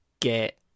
get